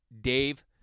Dave